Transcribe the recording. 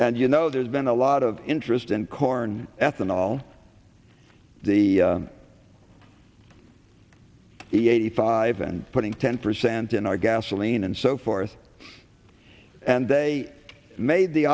and you know there's been a lot of interest in corn ethanol the eighty five and putting ten percent in our gasoline and so forth and they made the